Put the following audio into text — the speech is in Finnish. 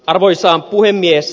arvoisa puhemies